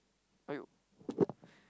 !aiyo!